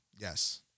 Yes